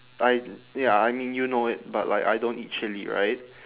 tie~ ya I mean you know it but like I don't eat chilli right